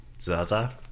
Zaza